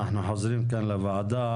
אנחנו חוזרים לוועדה,